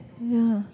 ya